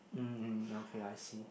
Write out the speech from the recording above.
mm okay I see